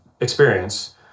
experience